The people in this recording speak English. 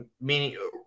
meaning